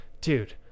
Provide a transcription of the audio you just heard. dude